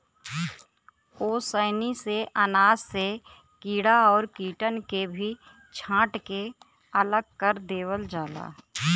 ओसैनी से अनाज से कीड़ा और कीटन के भी छांट के अलग कर देवल जाला